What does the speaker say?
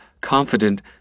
confident